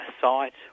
site